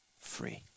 free